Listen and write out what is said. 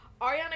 Ariana